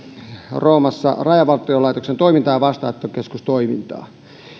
roomassa rajavartiolaitoksen toimintaan ja vastaanottokeskustoimintaan